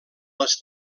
les